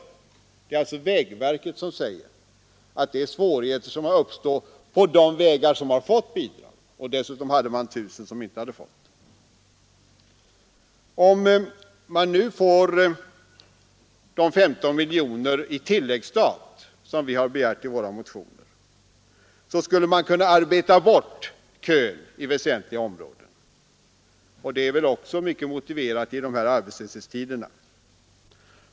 Det är alltså vägverket som talar om svårigheter som uppstått på de vägar som har fått bidrag. Dessutom hade man alltså 1 000 vägar som inte hade fått några bidrag. Om man nu får de 15 miljoner kronor i tilläggsstat som vi har begärt i våra motioner skulle man kunna arbeta bort kön i väsentliga områden. Detta är väl också mycket motiverat i dessa arbetslöshetstider.